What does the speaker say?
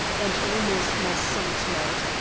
and almost my soul to-night.